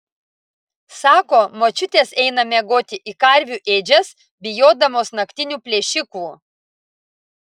sako močiutės eina miegoti į karvių ėdžias bijodamos naktinių plėšikų